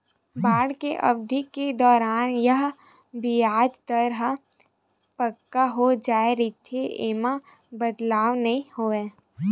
bond के अबधि के दौरान ये बियाज दर ह पक्का हो जाय रहिथे, ऐमा बदलाव नइ होवय